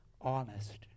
honest